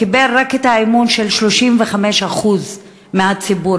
קיבל רק אמון של 35% מהציבור,